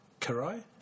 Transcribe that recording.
Karai